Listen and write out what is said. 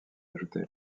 ajouté